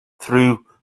through